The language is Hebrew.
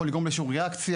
יכול לגרום לאיזושהי ריאקציה,